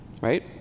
right